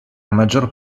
maggior